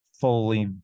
fully